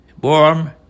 warm